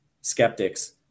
skeptics